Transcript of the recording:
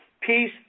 peace